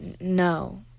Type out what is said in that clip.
no